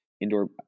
indoor